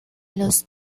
los